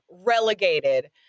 relegated